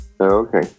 Okay